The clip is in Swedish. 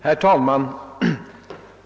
Herr talman!